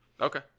Okay